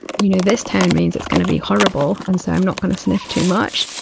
you know, this tone means it's going to be horrible, and so i'm not going to sniff too much,